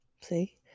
See